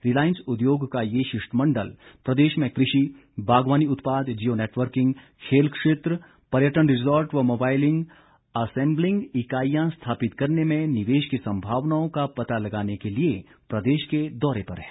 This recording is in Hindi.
रिलायंस उद्योग का ये शिष्टमंडल प्रदेश में कृषि बागवानी उत्पाद जिओ नेटवर्किंग खेल क्षेत्र पर्यटन रिजार्ट व मोबाईल असेम्बलिंग इकाईयां स्थापित करने में निवेश की संभावनाओं का पता लगाने के लिए प्रदेश के दौरे पर हैं